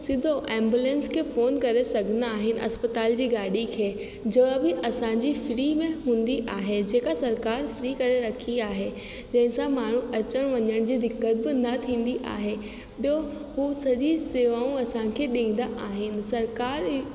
सिधो एंबुलेंस खे फोन करे सघंदा आहिनि अस्पताल जी गाॾी खे जो बि असांजी फ्री में हूंदी आहे जेका सरकार फ्री करे रखी आहे जंहिंसां माण्हू अचण वञण जी दिक़त बि न थींदी आहे ॿियो उहे सॼी शेवाऊं असांखे ॾींदा आहिनि सरकार